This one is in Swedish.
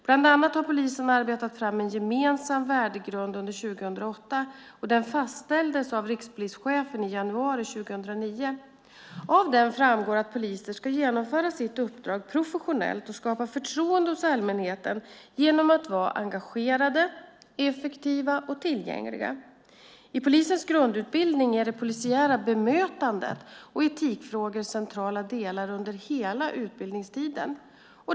Bland annat har polisen arbetat fram en gemensam värdegrund under 2008. Den fastställdes av rikspolischefen i januari 2009. Av denna framgår att poliser ska genomföra sitt uppdrag professionellt och skapa förtroende hos allmänheten genom att vara engagerade, effektiva och tillgängliga. I polisens grundutbildning är det polisiära bemötandet och etikfrågor centrala delar under hela studietiden.